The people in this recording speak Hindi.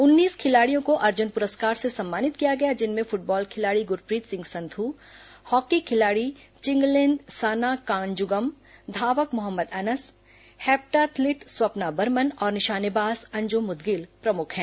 उन्नीस खिलाड़ियों को अर्जुन पुरस्कार से सम्मानित किया गया जिनमें फ्टबॉल खिलाड़ी गुरप्रीत सिंह संध्र हॉकी खिलाड़ी चिंगलेनसाना कांग्जम धावक मोहम्मद अनस हैप्टाथलिट स्वप्ना बर्मन और निशानेबाज अंजुम मुदगिल प्रमुख हैं